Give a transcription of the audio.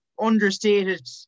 understated